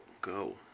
go